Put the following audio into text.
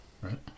Right